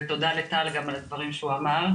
ותודה לטל גם על הדברים שהוא אמר.